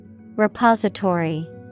Repository